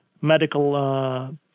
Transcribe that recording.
medical